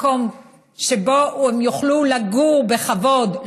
מקום שבו הם יוכלו לגור בכבוד,